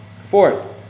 Fourth